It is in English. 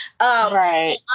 Right